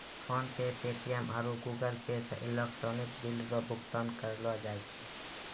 PhonePe Paytm आरु Google Pay से electronic bill रो भुगतान करलो जाय छै